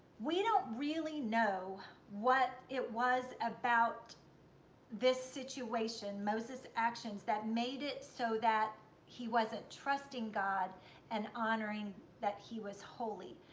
we don't really know what it was about this situation, moses' actions, that made it so that he wasn't trusting god and honoring that he was holy,